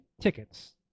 tickets